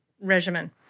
regimen